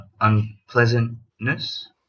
unpleasantness